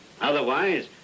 Otherwise